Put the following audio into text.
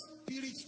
spirit